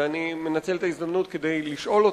ואני מנצל את ההזדמנות כדי לשאול אותה.